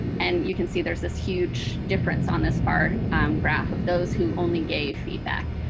and you can see there's this huge difference on this bar graph of those who only gave feedback.